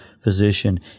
physician